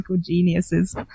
geniuses